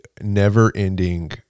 never-ending